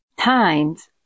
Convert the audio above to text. times